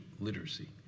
literacy